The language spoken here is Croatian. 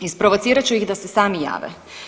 Isprovocirat ću ih da se sami jave.